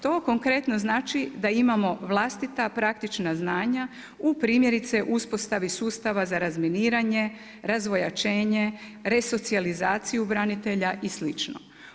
To konkretno znači da imamo vlastita praktična znanja u primjerice uspostavi sustava za razminiranje, razvojačenje, resocijalizaciju branitelja i slično.